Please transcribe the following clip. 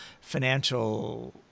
financial